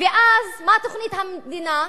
ואז מה תוכנית המדינה?